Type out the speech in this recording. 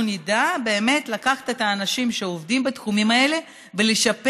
נדע באמת לקחת את האנשים שעובדים בתחומים האלה ולשפר